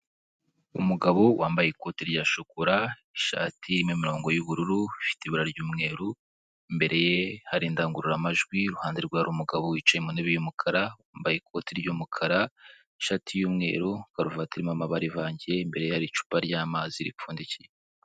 Umugabo wambaye ikoti rya shokora ishati irimo imirongo y'ubururu, ifite ibara ry'umweru, imbere hari indangururamajwi, iruhande rwe hari umugabo wicaye mu ntebe y'umukara, wambaye ikoti ry'umukara, ishati y'umweru, karuvati irimo amabara ivangiye, imbere ye hari icupa ry'amazi ripfundikiye.